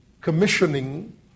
commissioning